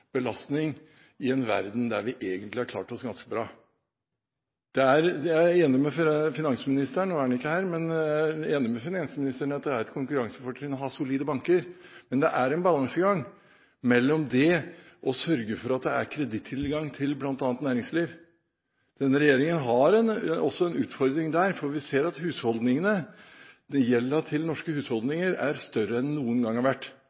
belastning i en verden der vi egentlig har klart oss ganske bra? Jeg er enig med finansministeren – nå er han ikke her – i at det er et konkurransefortrinn å ha solide banker. Men det er en balansegang mellom det og det å sørge for at det er kredittilgang til bl.a. næringsliv. Denne regjeringen har en utfordring også der, for vi ser at gjelden til norske husholdninger er større enn den noen gang har vært.